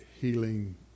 healing